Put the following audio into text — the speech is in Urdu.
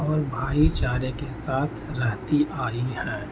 اور بھائی چارے کے ساتھ رہتی آئی ہیں